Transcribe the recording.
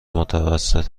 متوسط